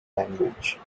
language